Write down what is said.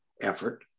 effort